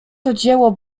dzieło